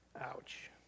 Ouch